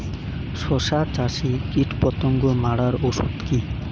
শসা চাষে কীটপতঙ্গ মারার ওষুধ কি?